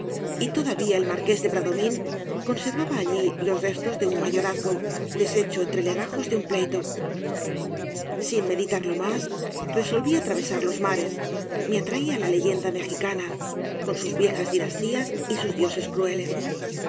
y todavía el marqués de bradomín conservaba allí los restos de un mayorazgo deshecho entre legajos de un pleito sin meditarlo más resolví atravesar los mares me atraía la leyenda mexicana con sus viejas dinastías y sus dioses crueles